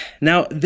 now